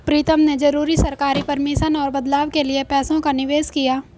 प्रीतम ने जरूरी सरकारी परमिशन और बदलाव के लिए पैसों का निवेश किया